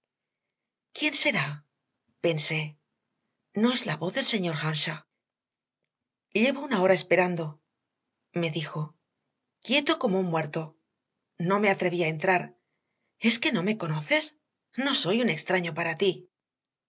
quién será pensé no es la voz del señor earnshaw llevo una hora esperando me dijo quieto como un muerto no me atreví a entrar es que no me conoces no soy un extraño para ti